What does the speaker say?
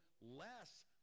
less